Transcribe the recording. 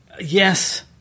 Yes